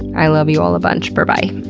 i love you all a bunch. berbye.